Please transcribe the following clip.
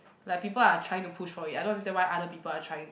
like people are trying to push for it I don't understand why other people are trying